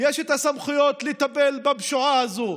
יש את הסמכויות לטפל בפשיעה הזאת.